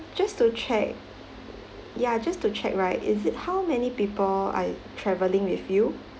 just to check ya just to check right is it how many people are traveling with you